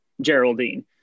Geraldine